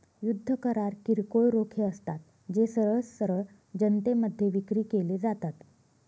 युद्ध करार किरकोळ रोखे असतात, जे सरळ सरळ जनतेमध्ये विक्री केले जातात